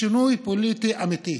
לשינוי פוליטי אמיתי,